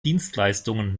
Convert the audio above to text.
dienstleistungen